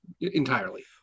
entirely